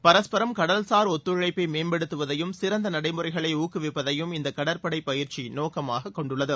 பரஸ்பரம் கடல் சார் ஒத்துழைப்பை மேம்படுத்துவதையும் சிறந்த நடைமுறைகளை ஊக்குவிப்பதையும் இந்த கடற்படைப் பயிற்சி நோக்கமாகக் கொண்டுள்ளது